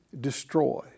destroy